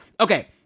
Okay